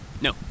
No